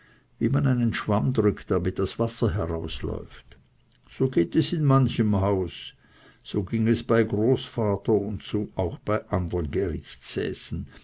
wie man einen schwamm drückt damit das wasser herausläuft so geht es in manchem hause so ging es bei großvaters und so auch bei andern